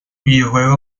videojuego